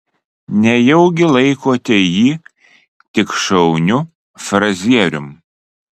nejaugi laikote jį tik šauniu frazierium